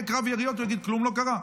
יהיה קרב יריות, הוא יגיד שכלום לא קרה.